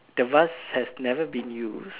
the vase has never been used